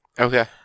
okay